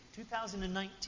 2019